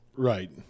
Right